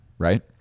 Right